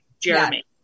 jeremy